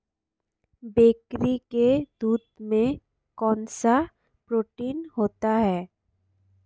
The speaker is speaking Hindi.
बकरी के दूध में कौनसा प्रोटीन होता है?